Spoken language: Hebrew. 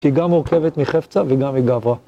כי היא גם מורכבת מחפצא וגם היא מגברא.